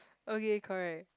okay correct